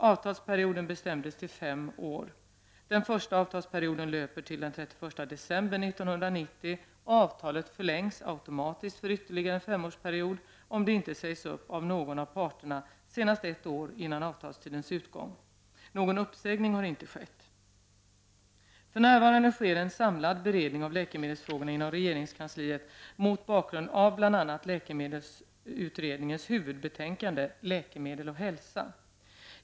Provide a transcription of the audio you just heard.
Avtalsperioden bestämdes till fem år. Den första avtalsperioden löper till den 31 december 1990, och avtalet förlängs automatiskt för ytterligare en femårsperiod om det inte sägs upp av någon av parterna senast ett år innan avtalstidens utgång. Någon uppsägning har inte skett. För närvarande sker en samlad beredning av läkemedelsfrågorna inom regeringskansliet mot bakgrund av bl.a. läkemedelsutredningens huvudbetänkande Läkemedel och hälsa.